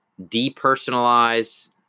depersonalize